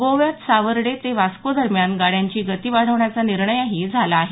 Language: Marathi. गोव्यात सावर्डे ते वास्को दरम्यान गाड्यांची गती वाढविण्याचा निर्णय ही झाला आहे